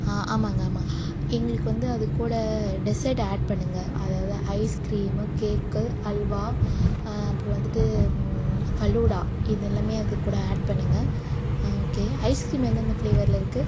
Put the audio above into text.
ஆ ஆமாங்க ஆமாம் எங்களுக்கு வந்து அதுக்கூட டெசர்ட் ஆட் பண்ணுங்க அதாவது ஐஸ் கிரீமு கேக்கு அல்வா அப்புறம் வந்துட்டு ஃபலூடா இது எல்லாமே அதுக்கூட ஆட் பண்ணுங்க ஓகே ஐஸ் கிரீம் எந்தந்த ஃப்ளேவரில் இருக்குது